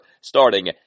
starting